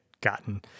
gotten